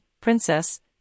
Princess